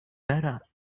better